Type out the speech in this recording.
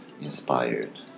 inspired